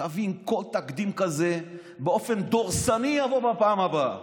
תבין, כל תקדים כזה יבוא באופן דורסני בפעם הבאה.